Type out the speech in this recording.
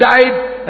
died